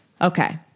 Okay